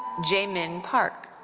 jaemin park.